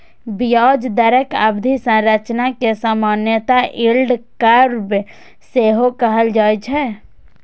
ब्याज दरक अवधि संरचना कें सामान्यतः यील्ड कर्व सेहो कहल जाए छै